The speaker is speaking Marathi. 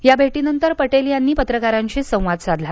या भेटीनंतर पटेल यांनी पत्रकारांशी संवाद साधला